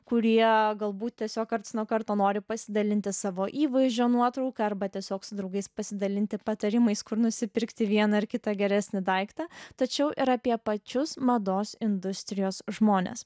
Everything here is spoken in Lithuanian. kurie galbūt tiesiog karts nuo karto nori pasidalinti savo įvaizdžio nuotrauka arba tiesiog su draugais pasidalinti patarimais kur nusipirkti vieną ar kitą geresnį daiktą tačiau ir apie pačius mados industrijos žmones